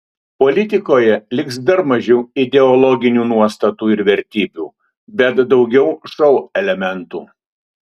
politikoje liks dar mažiau ideologinių nuostatų ir vertybių bet daugiau šou elementų